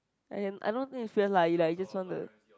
as in I don't think you fierce lah you like just want to